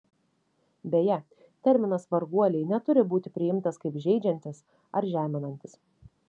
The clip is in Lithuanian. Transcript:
beje terminas varguoliai neturi būti priimtas kaip žeidžiantis ar žeminantis